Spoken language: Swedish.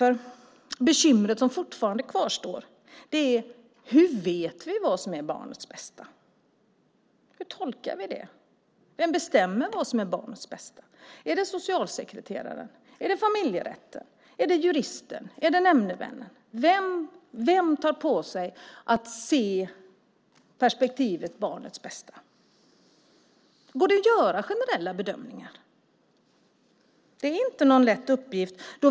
Det bekymmer som kvarstår är hur vi vet vad som är barnets bästa. Hur tolkar vi det? Vem bestämmer vad som är barnets bästa? Är det socialsekreteraren, är det familjerätten eller är det juristen eller nämndemännen som bestämmer det? Vem tar på sig att se perspektivet barnets bästa? Går det att göra generella bedömningar? Det är ingen lätt uppgift.